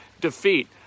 defeat